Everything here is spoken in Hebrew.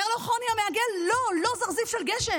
אומר לו חוני המעגל: לא, לא זרזיף של גשם,